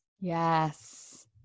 Yes